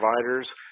providers